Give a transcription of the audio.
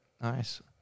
Nice